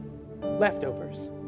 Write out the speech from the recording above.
leftovers